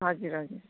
हजुर हजुर